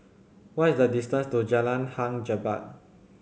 what is the distance to Jalan Hang Jebat